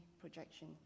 projection